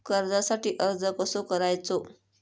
कर्जासाठी अर्ज कसो करायचो?